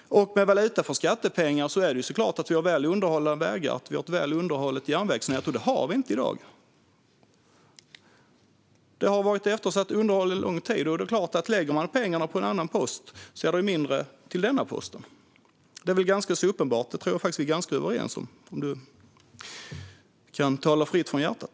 Och valuta för skattepengar är såklart att vi har väl underhållna vägar och ett väl underhållet järnvägsnät, men det har vi inte i dag. Underhållet har varit eftersatt under lång tid. Det är klart att om man lägger pengarna på en annan post blir det mindre till denna post. Det är väl ganska uppenbart, och det tror jag att vi är ganska överens om, om du kan tala fritt från hjärtat.